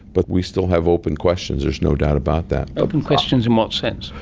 but we still have open questions, there's no doubt about that. open questions in what sense?